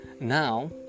Now